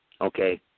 Okay